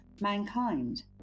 mankind